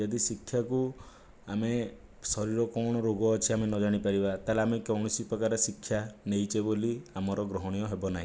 ଯଦି ଶିକ୍ଷାକୁ ଆମେ ଶରୀର କ'ଣ ରୋଗ ଅଛି ଆମେ ନ ଜାଣିପାରିବା ତାହାଲେ ଆମେ କୌଣସି ପ୍ରକାର ଶିକ୍ଷା ନେଇଛେ ବୋଲି ଆମର ଗ୍ରହଣୀୟ ହେବ ନାହିଁ